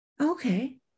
okay